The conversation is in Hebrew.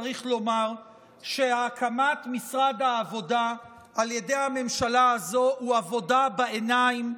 צריך לומר שהקמת משרד העבודה על ידי הממשלה הזאת היא עבודה בעיניים,